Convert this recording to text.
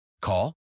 Call